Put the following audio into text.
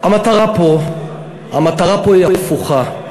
המטרה פה היא הפוכה.